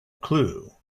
clue